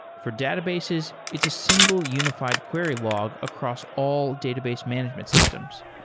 for databases, it's a single unified query log across all database management systems.